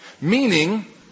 Meaning